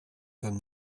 femme